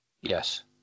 yes